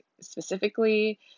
specifically